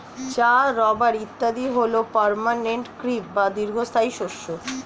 চা, রাবার ইত্যাদি হল পার্মানেন্ট ক্রপ বা দীর্ঘস্থায়ী শস্য